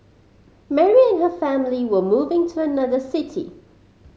Mary and her family were moving to another city